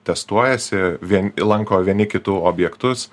testuojasi vien lanko vieni kitų objektus